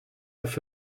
off